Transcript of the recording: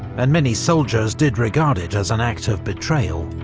and many soldiers did regard it as an act of betrayal.